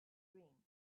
dream